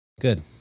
Good